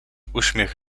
uśmiech